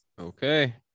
Okay